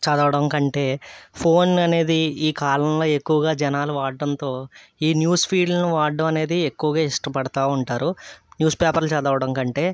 చదవడం కంటే ఫోన్ అనేది ఈ కాలంలో ఎక్కువగా జనాలు వాడడంతో ఈ న్యూస్ ఫీడ్లను వాడడం అనేది ఎక్కువగా ఇష్టపడుతూ ఉంటారు న్యూస్ పేపర్లు చదవడం కంటే